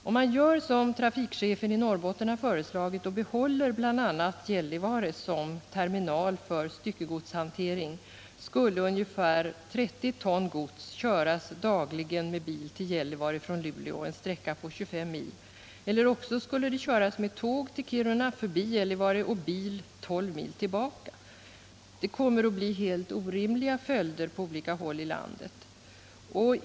Om man gör som trafikchefen i Norrbotten har föreslagit, och behåller bl.a. Gällivare som terminal för styckegodshantering, skulle ungefär 30 ton gods köras dagligen med bil till Gällivare från Luleå — en sträcka på 25 mil — eller också skulle de köras med tåg till Kiruna förbi Gällivare, och med bil 12 mil tillbaka. Det kommer att bli helt orimliga följder på olika håll i landet.